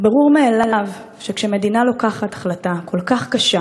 ברור מאליו שכשמדינה מקבלת החלטה כל כך קשה,